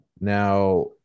Now